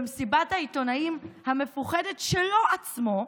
במסיבת העיתונאים המפוחדת שלו עצמו,